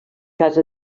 casa